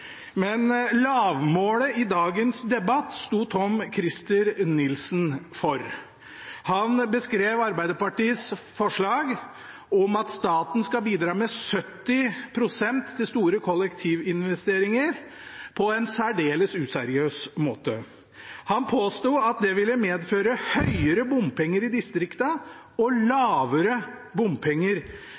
men lavmålet i dagens debatt sto Tom-Christer Nilsen for. Han beskrev Arbeiderpartiets forslag om at staten skal bidra med 70 pst. til store kollektivinvesteringer på en særdeles useriøs måte. Han påsto at det ville medføre høyere bompenger i distriktene og lavere bompenger